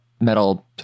metal